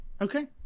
Okay